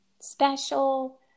special